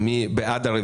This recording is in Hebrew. מי בעד?